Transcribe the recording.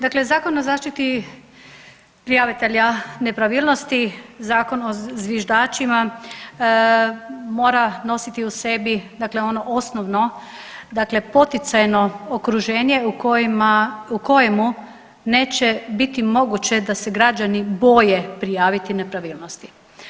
Dakle Zakon o zaštiti prijavitelja nepravilnosti, zakon o zviždačima, mora nositi u sebi dakle ono osnovno dakle poticajno okruženje u kojemu neće biti moguće da se građani boje prijaviti nepravilnosti.